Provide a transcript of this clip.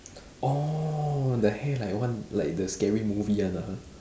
orh the hair like one like the scary movie one ah